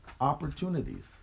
opportunities